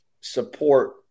support